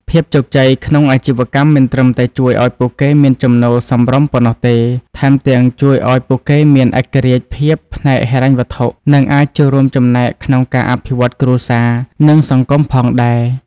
ភាពជោគជ័យក្នុងអាជីវកម្មមិនត្រឹមតែជួយឱ្យពួកគេមានចំណូលសមរម្យប៉ុណ្ណោះទេ ថែមទាំងជួយឱ្យពួកគេមានឯករាជ្យភាពផ្នែកហិរញ្ញវត្ថុ និងអាចចូលរួមចំណែកក្នុងការអភិវឌ្ឍគ្រួសារ និងសង្គមផងដែរ។